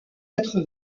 être